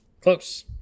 close